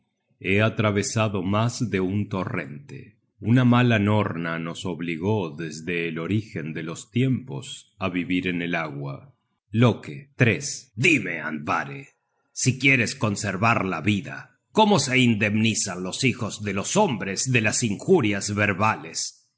he atravesado mas de un torrente una mala norna nos obligó desde el origen de los tiempos á vivir en el agua content from google book search generated at loke dime andvare si quieres conservar la vida cómo se indemnizan los hijos de los hombres de las injurias verbales